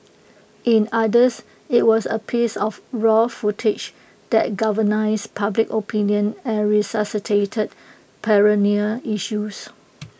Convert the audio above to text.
in others IT was A piece of raw footage that galvanised public opinion and resuscitated perennial issues